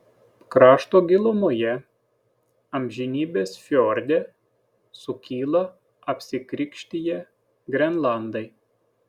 krašto gilumoje amžinybės fjorde sukyla apsikrikštiję grenlandai